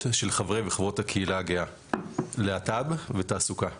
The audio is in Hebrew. של חברי וחברות הקהילה הגאה: להט"ב ותעסוקה.